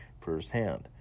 firsthand